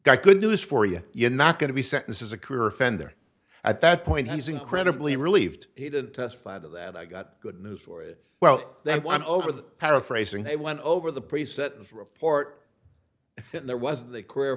got good news for you you're not going to be sentenced as a career offender at that point he's incredibly relieved he didn't testify to that i got good news for it well that went over the paraphrasing they went over the pre sentence report and there wasn't a career